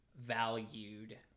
valued